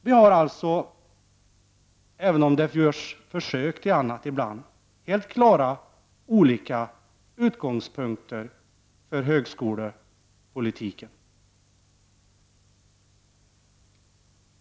Vi har alltså, även om det ibland görs försök till annat, helt klara och olika utgångspunkter när det gäller högskolepolitiken.